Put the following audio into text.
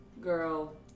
girl